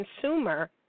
consumer